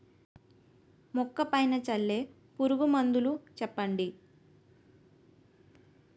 మొక్క పైన చల్లే పురుగు మందులు చెప్పండి?